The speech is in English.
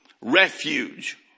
Refuge